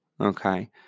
okay